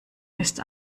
ist